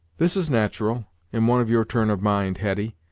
this is nat'ral in one of your turn of mind, hetty,